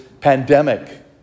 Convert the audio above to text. pandemic